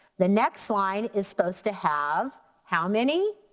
the next line is supposed to have how many?